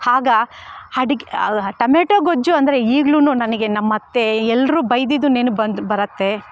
ಆಗ ಅಡುಗೆ ಟೊಮೆಟೋ ಗೊಜ್ಜು ಅಂದರೆ ಈಗ್ಲೂನೂ ನನಗೆ ನಮ್ಮತ್ತೆ ಎಲ್ರೂ ಬೈದಿದ್ದು ನೆನಪು ಬಂದು ಬರುತ್ತೆ